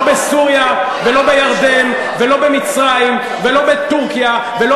לא בסוריה ולא בירדן ולא במצרים ולא בטורקיה ולא